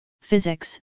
Physics